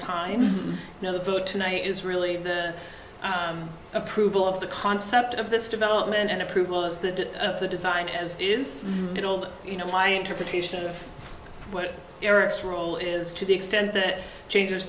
times now the vote tonight is really the approval of the concept of this development and approval as the of the design as is old you know my interpretation of what eric's role is to the extent that changes